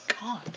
God